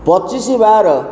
ପଚିଶ ବାର